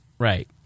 Right